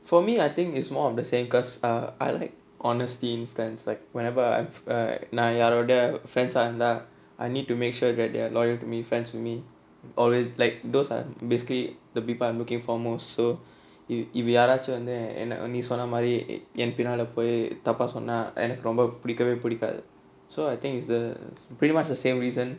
for me I think is more of the same because ah I like honesty in friends like whenever I நா யாரோட:naa yaaroda friends ah இருந்தா:irunthaa I need to make sure that they're loyal to me friends to me like those are basically the people I'm looking for most இவ யாராச்சு வந்து நீ சொன்னமாரி என் பின்னால போய் தப்பா சொன்னா எனக்கு ரொம்ப பிடிக்கவே பிடிக்காது:iva yaaraachu vanthu nee sonnamaari en pinnaala poyi thappaa sonnaa enakku romba pidikkavae pidikkaathu so I think is the pretty much the same reason